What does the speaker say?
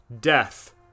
death